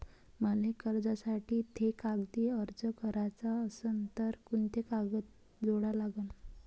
मले कर्जासाठी थे कागदी अर्ज कराचा असन तर कुंते कागद जोडा लागन?